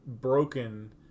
broken